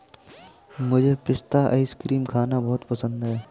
मुझे पिस्ता आइसक्रीम खाना बहुत पसंद है